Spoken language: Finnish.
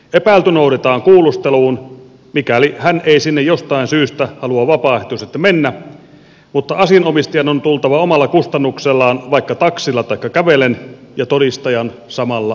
epäilty noudetaan kuulusteluun mikäli hän ei sinne jostain syystä halua vapaaehtoisesti mennä mutta asianomistajan on tultava omalla kustannuksellaan vaikka taksilla taikka kävellen ja todistajan samalla tavalla